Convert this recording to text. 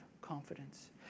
confidence